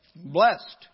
Blessed